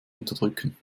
unterdrücken